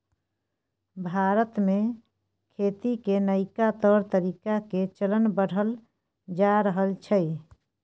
भारत में खेती के नइका तौर तरीका के चलन बढ़ल जा रहल छइ